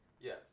Yes